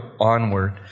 onward